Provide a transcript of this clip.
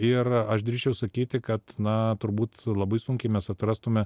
ir aš drįsčiau sakyti kad na turbūt labai sunkiai mes atrastume